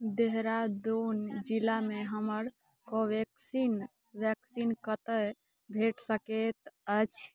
देहरादून जिलामे हमर Covaxin vaccine कतऽ भेटि सकै अछि